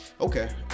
okay